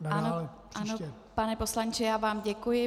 Ano, pane poslanče, já vám děkuji.